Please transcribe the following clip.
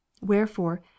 wherefore